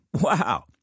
Wow